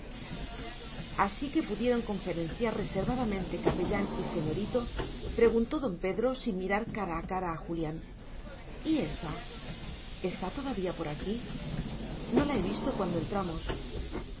así que pudieron conferenciar reservadamente capellán y señorito preguntó don pedro sin mirar cara a cara a julián y ésa está todavía por aquí no la he visto cuando entramos